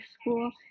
school